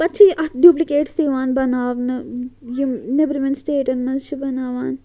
پَتہٕ چھِ اَتھ ڈُبلِکیٹٕس تہِ یِوان بَناونہٕ یِم نیٚبرِمٮ۪ن سِٹیٹَن منٛز چھِ بَناوان